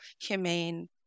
humane